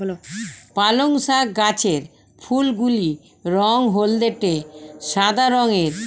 পালং শাক গাছের ফুলগুলি রঙ হলদেটে সাদা রঙের এবং তিন থেকে চার মিমি ব্যাস বিশিষ্ট হয়